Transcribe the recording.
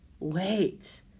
wait